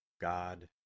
God